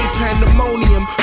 pandemonium